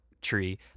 tree